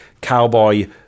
cowboy